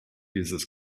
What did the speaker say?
uses